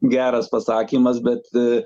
geras pasakymas bet